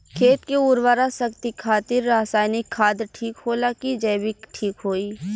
खेत के उरवरा शक्ति खातिर रसायानिक खाद ठीक होला कि जैविक़ ठीक होई?